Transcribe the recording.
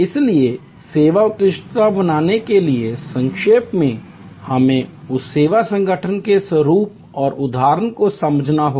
इसलिए सेवा उत्कृष्टता बनाने के लिए संक्षेप में हमें उस सेवा संगठन के स्वरूप और उद्देश्य को समझना होगा